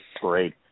Great